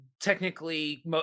technically